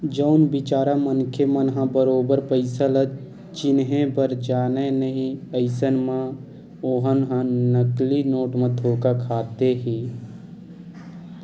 जउन बिचारा मनखे मन ह बरोबर पइसा ल चिनहे बर जानय नइ अइसन म ओमन ह नकली नोट म धोखा खाथे ही